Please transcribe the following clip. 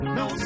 no